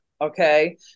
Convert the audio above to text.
Okay